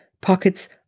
pockets